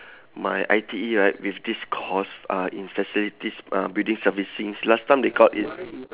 my I_T_E right with this course uh in facilities uh building servicing last time they called it